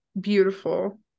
beautiful